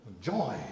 joy